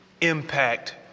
impact